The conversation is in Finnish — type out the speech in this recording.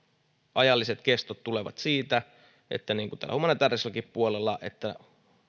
ajalliset kestot tulevat siitä niin kuin humanitääriselläkin puolella että